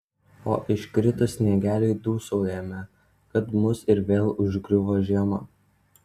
o iškritus sniegeliui dūsaujame kad mus ir vėl užgriuvo žiema